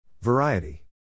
Variety